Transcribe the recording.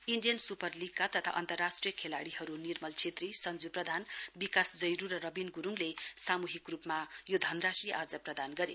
Indian super लीगका तथा अन्तरराष्ट्रिय खेलाडीहरू निर्मल छेत्री सञ्जु प्रधान विकास जैरू र रबिन गुरूङले सामूहिक रूपमा यो धनराशी आज प्रदान गरे